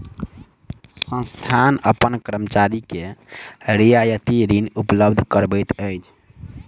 संस्थान अपन कर्मचारी के रियायती ऋण उपलब्ध करबैत अछि